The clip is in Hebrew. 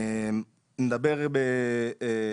נדבר --- שעות.